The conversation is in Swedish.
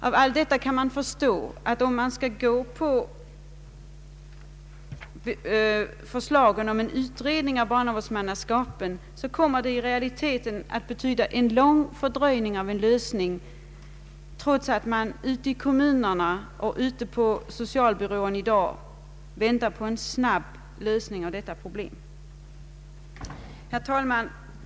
Av allt detta kan man förstå att om man skall gå på förslagen om en utredning av barnavårdsmannaskapen så kommer det i realiteten att betyda en lång fördröjning av en lösning, trots att man i kommunerna och på socialbyråerna i dag väntar på en snabb lösning av detta problem. Herr talman!